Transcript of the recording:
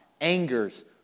angers